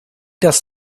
das